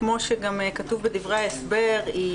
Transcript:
כמו שכתוב בדברי ההסבר,